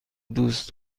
دوست